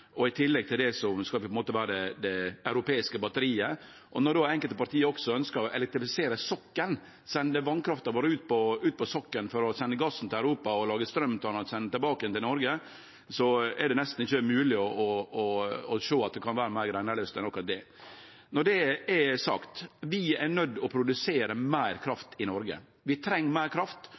skal vi på ein måte vere det europeiske batteriet. Når då enkelte parti også ønskjer å elektrifisere sokkelen – å sende vasskrafta vår ut på sokkelen for så å sende gassen til Europa og lage straum som ein sender tilbake til Noreg – så er det nesten ikkje mogleg å sjå at noko kan vere meir greinalaust enn akkurat det. Når det er sagt: Vi er nøydde til å produsere meir kraft i Noreg. Vi treng meir kraft.